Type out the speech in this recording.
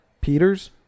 Peters